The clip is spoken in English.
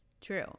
true